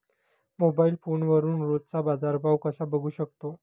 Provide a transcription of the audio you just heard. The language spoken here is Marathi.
मोबाइल फोनवरून रोजचा बाजारभाव कसा बघू शकतो?